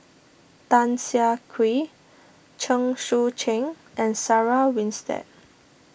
Tan Siah Kwee Chen Sucheng and Sarah Winstedt